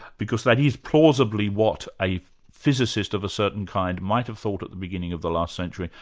because that is plausibly what a physicist of a certain kind might have thought at the beginning of the last century,